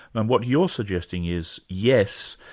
and what you're suggesting is yes,